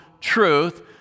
truth